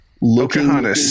looking